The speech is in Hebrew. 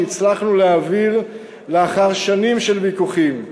שהצלחנו להעביר לאחר שנים של ויכוחים,